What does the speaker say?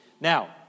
Now